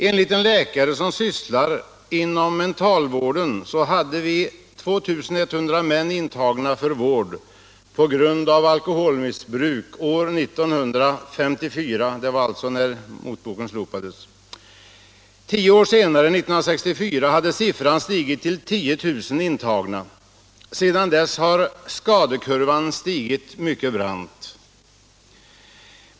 Enligt läkare som sysslar inom mentalvården hade vi 2 100 män intagna för vård på grund av alkoholmissbruk år 1954 — det var alltså när motboken slopades. År 1964 hade siffran stigit till 10 000 intagna. Sedan dess har skadekurvan stigit mycket brant.